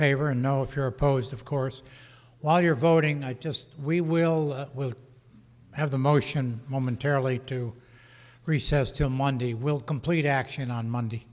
favor or no if you're opposed of course while you're voting i just we will have the motion momentarily to recess till monday we'll complete action on monday